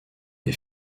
est